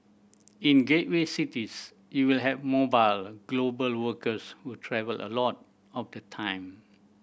in gateway cities you will have mobile global workers who travel a lot of the time